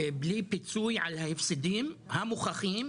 בלי פיצוי על ההפסדים המוכחים